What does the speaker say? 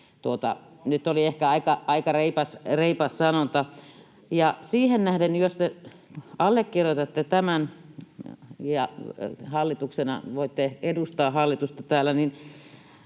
Nyt oli ehkä aika reipas sanonta. Siihen nähden, jos te allekirjoitatte tämän ja voitte edustaa hallitusta täällä,